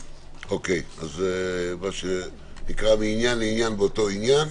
זה מעניין לעניין באותו עניין.